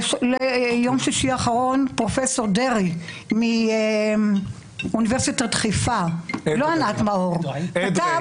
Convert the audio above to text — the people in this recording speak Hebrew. ביום שישי האחרון פרופסור אדרעי מאוניברסיטת חיפה לא ענת מאור כתב